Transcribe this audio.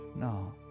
no